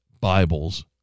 Bibles